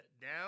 down